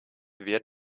wird